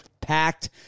packed